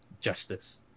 justice